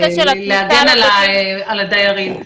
להגן על הדיירים.